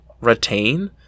retain